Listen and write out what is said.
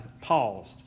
paused